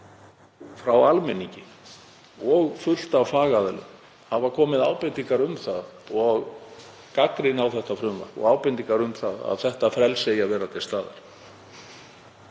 frá almenningi og fullt af fagaðilum hafa komið ábendingar um það og gagnrýni á þetta frumvarp og ábendingar um að þetta frelsi eigi að vera til staðar.